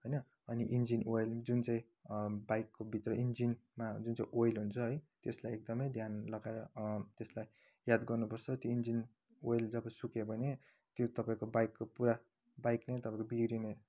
होइन अनि engine oil जुन चाहिँ बाइकको भित्र इन्जिनमा जुन चाहिँ ओइल हुन्छ है त्यसलाई एकदमै ध्यान लगाएर त्यसलाई याद गर्नुपर्छ त्यो इन्जिन ओइल जब सुक्यो भने त्यो तपाईँको बाइकको पुरा बाइक नै तपाईँको बिग्रिने